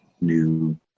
new